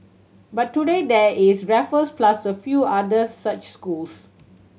but today there is Raffles plus a few other such schools